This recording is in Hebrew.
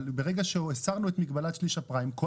ברגע שהסרנו את מגבלת שליש הפריים כל